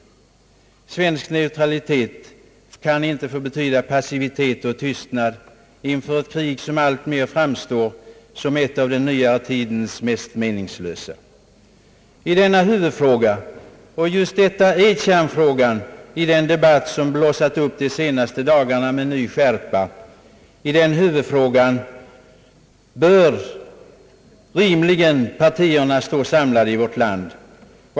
Svensk neutralitet kan inte få betyda passivitet och tystnad inför ett krig som allt mer framstår som ett av den nyare tidens mest meningslösa. I denna huvudfråga — och just detta är kärnfrågan i den debatt som blossat upp de senaste dagarna med ny skärpa — bör rimligen partierna stå samlade.